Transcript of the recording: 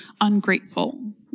ungrateful